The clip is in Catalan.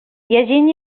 llegint